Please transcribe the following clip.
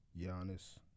Giannis